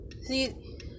See